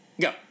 go